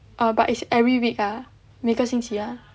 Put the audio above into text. err but it's every week ah 每个星期 ah